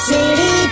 City